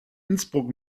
innsbruck